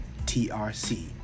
TRC